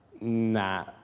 nah